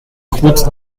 route